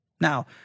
Now